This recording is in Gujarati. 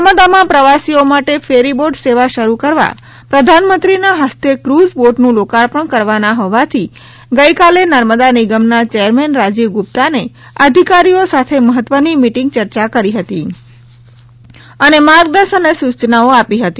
નર્મદામાં પ્રવાસીઓ માટે ફેરીબોટ સેવા શરૂ કરવા પ્રધાનમંત્રીના હસ્તે કુઝ બોટનું લોકાર્પણ કરવાના હોવાથી ગઈ કાલે નર્મદા નિગમના ચેરમેન રાજીવ ગુપ્તાને અધિકારીઓ સાથે મહત્વની મિટિંગ કરી ચર્ચા કરી હતી અને માર્ગદર્શન અને સૂચનાઓ આપી હતી